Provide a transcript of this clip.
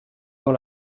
dans